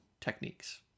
techniques